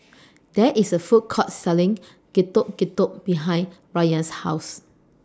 There IS A Food Court Selling Getuk Getuk behind Rayan's House